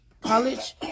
College